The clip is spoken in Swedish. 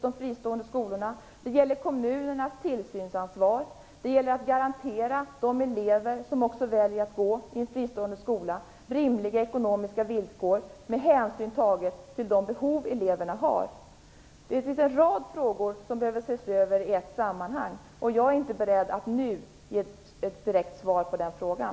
Det gäller kommunernas tillsynsansvar och det gäller att garantera de elever som väljer att gå i en fristående skola rimliga ekonomiska villkor med hänsyn tagen till de behov dessa elever har. Det finns en rad frågor som behöver ses över i ett sammanhang och jag är inte beredd att nu ge ett direkt svar på den frågan.